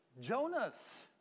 jonas